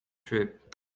trip